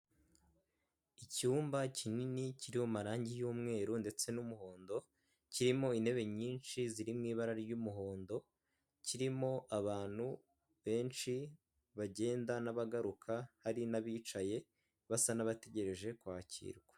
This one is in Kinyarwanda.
Icyumba kinini kiri mu marangi y'umweru ndetse n'umuhondo kirimo intebe nyinshi ziri mu ibara ry'umuhondo, kirimo abantu benshi bagenda n'abagaruka hari n'abicaye basa n'abategereje kwakirwa.